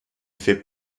fait